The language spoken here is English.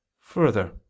Further